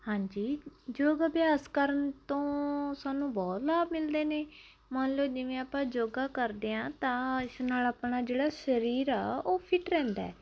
ਹਾਂਜੀ ਯੋਗ ਅਭਿਆਸ ਕਰਨ ਤੋਂ ਸਾਨੂੰ ਬਹੁਤ ਲਾਭ ਮਿਲਦੇ ਨੇ ਮੰਨ ਲਓ ਜਿਵੇਂ ਆਪਾਂ ਯੋਗਾ ਕਰਦੇ ਹਾਂ ਤਾਂ ਇਸ ਨਾਲ ਆਪਣਾ ਜਿਹੜਾ ਸਰੀਰ ਆ ਉਹ ਫਿਟ ਰਹਿੰਦਾ